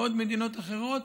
ועוד מדינות אחרות.